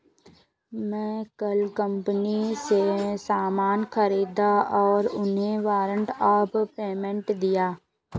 मैं कल कंपनी से सामान ख़रीदा और उन्हें वारंट ऑफ़ पेमेंट दिया